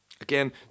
Again